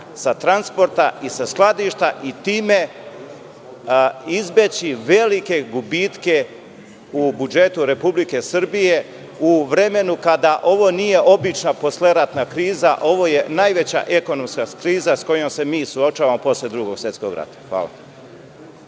sa transporta i sa skladišta i time izbeći velike gubitke u budžetu Republike Srbije, u vremenu kada ovo nije obična posleratna kriza, a ovo je najveća ekonomska kriza, sa kojom se mi suočavamo posle Drugog svetskog rata? Hvala.